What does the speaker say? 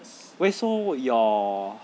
wait so your